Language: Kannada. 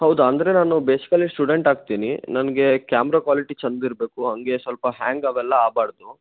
ಹೌದಾ ಅಂದರೆ ನಾನು ಬೇಸಿಕಲಿ ಸ್ಟೂಡೆಂಟ್ ಆಗ್ತೀನಿ ನನಗೆ ಕ್ಯಾಮ್ರಾ ಕ್ವಾಲಿಟಿ ಚೆಂದ ಇರಬೇಕು ಹಾಗೆ ಸ್ವಲ್ಪ ಹ್ಯಾಂಗ ಅವೆಲ್ಲ ಆಗ್ಬಾರ್ದು